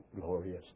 glorious